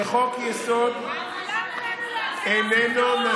שחוק-יסוד איננו, למה לנו להגן על זכויות אדם?